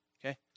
okay